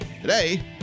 Today